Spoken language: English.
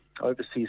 overseas